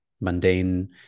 mundane